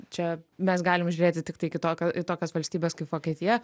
čia mes galim žiūrėti tiktai kitokią į tokias valstybes kaip vokietija